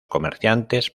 comerciantes